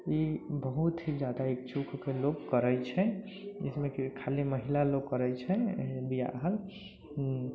ई बहुत ही ज्यादा इच्छुक होकर लोक करै छै जिसमेकि खाली महिलालोक करै छै बियाहल